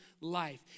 life